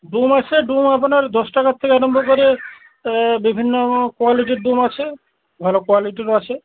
ডুম আছে ডুম আপনার দশ টাকার থেকে আরাম্ভ করে বিভিন্ন কোয়ালিটির ডুম আছে ভালো কোয়ালিটিরও আছে